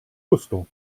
gusto